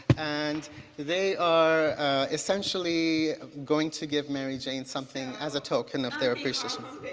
and they are essentially going to give mary jane something as a token of their appreciation.